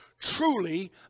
Truly